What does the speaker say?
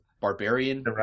barbarian